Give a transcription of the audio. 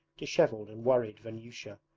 dishevelled, and worried vanyusha,